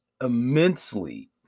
immensely